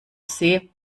see